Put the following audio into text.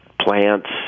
plants